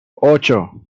ocho